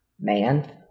man